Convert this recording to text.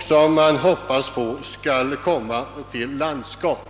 som man hoppas skall starta verksamhet i landskapet.